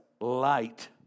light